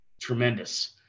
tremendous